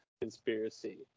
conspiracy